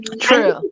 True